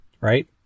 right